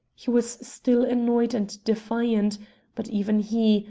he was still annoyed and defiant but even he,